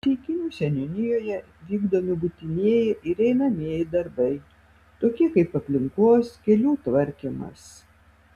ceikinių seniūnijoje vykdomi būtinieji ir einamieji darbai tokie kaip aplinkos kelių tvarkymas